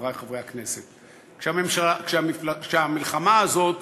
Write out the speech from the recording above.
חברי חברי הכנסת: כשהמלחמה הזאת